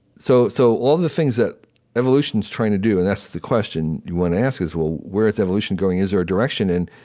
so so all the things that evolution's trying to do and that's the question one asks, is, well, where is evolution going? is there a direction? and